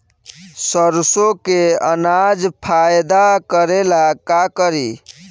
सरसो के अनाज फायदा करेला का करी?